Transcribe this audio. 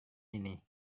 ini